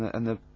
the, and the,